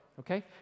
Okay